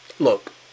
Look